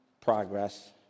progress